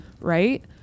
right